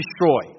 destroy